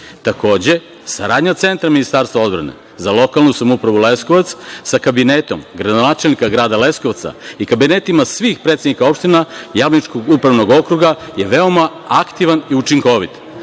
Srbije. Takođe, saradnja Centra Ministarstva odbrane za lokalnu samoupravu Leskovac sa Kabinetom gradonačelnika Grada Leskovca i kabinetima svih predsednika opština Jablaničkog upravnog okruga je veoma aktivan i učinkovit.